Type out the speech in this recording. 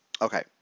Okay